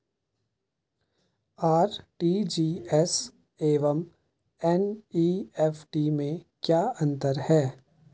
RTGS एवं NEFT में क्या अंतर है?